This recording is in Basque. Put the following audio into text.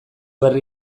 berri